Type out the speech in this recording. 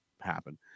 happen